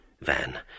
Van